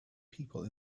people